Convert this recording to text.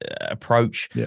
approach